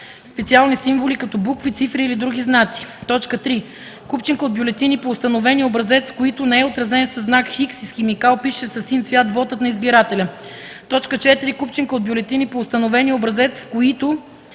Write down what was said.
знаци; 3. купчинка от бюлетини по установения образец, в които не е отразен със знак „Х” и с химикал, пишещ със син цвят, вотът на избирателя; 4. купчинка от бюлетини по установения образец, в които